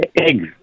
Eggs